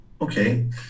Okay